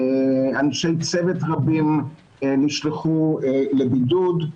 אנשי צוות רבים נשלחו לבידוד.